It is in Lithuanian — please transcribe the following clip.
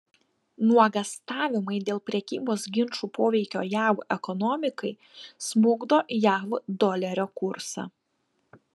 nuogąstavimai dėl prekybos ginčų poveikio jav ekonomikai smukdo jav dolerio kursą